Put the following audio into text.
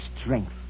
strength